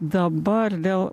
dabar dėl